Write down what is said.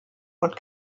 und